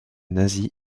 nazie